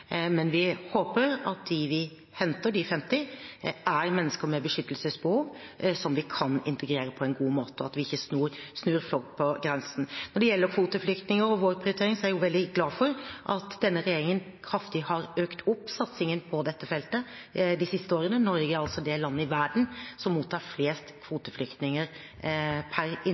Men vi håper at de 50 vi henter, er mennesker med beskyttelsesbehov som vi kan integrere på en god måte, og at vi ikke må snu folk på grensen. Når det gjelder kvoteflyktninger og vår prioritering, er jeg veldig glad for at denne regjeringen kraftig har økt satsingen på dette feltet de siste årene. Norge er det landet i verden som mottar flest kvoteflyktninger per